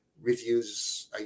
Reviews